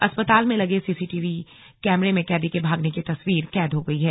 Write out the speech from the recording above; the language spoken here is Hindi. अस्पताल में लगे सीसीटीवी में कैदी के भागने की तस्वीर कैद हो गई है